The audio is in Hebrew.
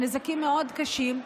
הם נזקים מאוד קשים,